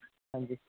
ਹਾਂਜੀ